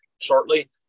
shortly